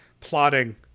plotting